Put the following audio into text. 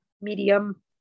medium